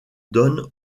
donne